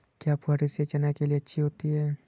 क्या फुहारी सिंचाई चना के लिए अच्छी होती है?